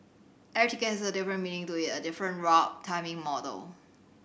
every ticket has a different meaning to it a different route timing model